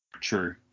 true